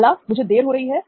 बाला मुझे देर हो रही है